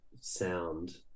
sound